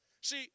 see